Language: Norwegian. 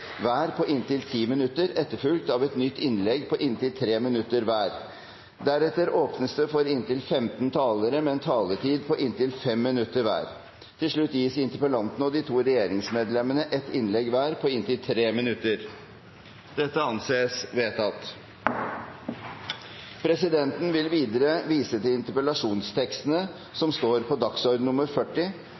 hver på inntil 10 minutter, etterfulgt av et nytt innlegg på inntil 3 minutter hver. Deretter åpnes det for inntil 15 talere med en taletid på inntil 5 minutter hver. Til slutt gis interpellanten og de to regjeringsmedlemmene ett innlegg hver på inntil 3 minutter. – Dette anses vedtatt. Presidenten vil videre vise til interpellasjonstekstene som står på dagsorden nr. 40,